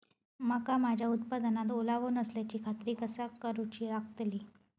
मका माझ्या उत्पादनात ओलावो नसल्याची खात्री कसा करुची लागतली?